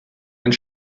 and